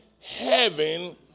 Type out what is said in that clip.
heaven